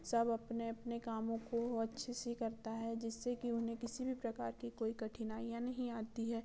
सब अपने अपने कामों को अच्छे से करता है जिससे कि उन्हें किसी भी प्रकार की कोई कठिनाईयाँ नहीं आती हैं